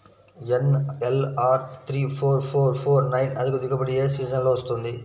NLR three four four four nine అధిక దిగుబడి ఏ సీజన్లలో వస్తుంది?